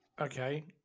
Okay